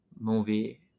movie